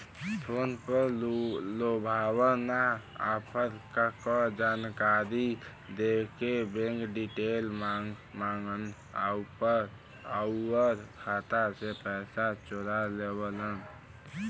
phone पर लुभावना offer क जानकारी देके बैंक डिटेल माँगन आउर खाता से पैसा चोरा लेवलन